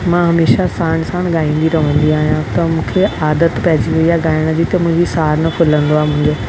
मां हमेशह साण साण ॻाईन्दी रहंदी आहियां मूंखे आदतु पइजी वई आहे ॻाइण जी त मुंहिंजी साह न फुलंदो आहे मुंहिंजो